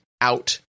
out